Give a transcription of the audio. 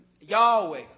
Yahweh